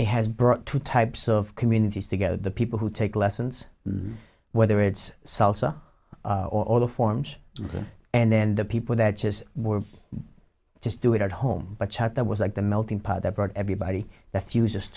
it has brought two types of communities together the people who take lessons whether it's salsa or all the forms and then the people that just were just do it at home but child that was like the melting pot that brought everybody the few just